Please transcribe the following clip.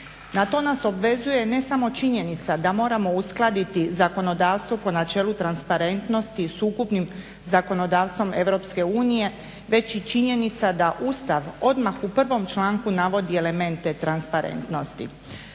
Na to nas obvezuje ne samo činjenica da moramo uskladiti zakonodavstvo po načelu transparentnosti s ukupnim zakonodavstvom Europske unije već i činjenica da Ustav odmah u 1. članku navodi elemente transparentnosti.